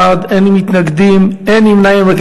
18 בעד, אין מתנגדים, אין נמנעים.